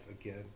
again